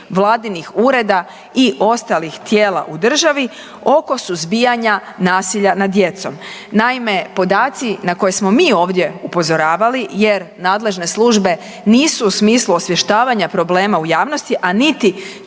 Vladinih ureda i ostalih tijela u državi oko suzbijanja nasilja nad djecom. Naime, podaci na koje smo mi ovdje upozoravali, jer nadležne službe nisu u smislu osvještavanja problema u javnosti, a niti